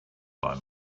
buy